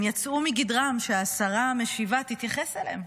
הן יצאו מגדרן שהשרה המשיבה תתייחס אליהם.